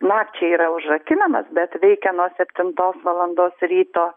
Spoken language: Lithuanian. nakčiai yra užrakinamas bet veikia nuo septintos valandos ryto